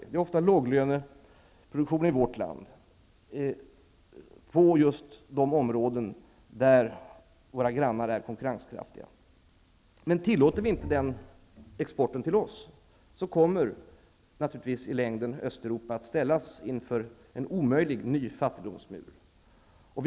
Det gäller ofta låglöneproduktionen i vårt land och de områden där våra grannar är konkurrenskraftiga. Om vi inte tillåter den exporten till oss, kommer Östeuropa i längden att ställas inför en omöjlig ny fattigdomsmur.